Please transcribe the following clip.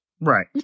Right